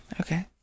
okay